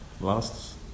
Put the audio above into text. last